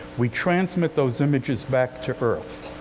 we transmit those images back to earth.